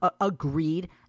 agreed